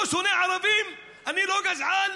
לא שונא ערבים, אני לא גזען,